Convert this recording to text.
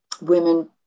Women